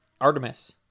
Artemis